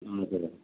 हजुर हजुर